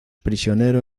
prisionero